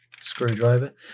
screwdriver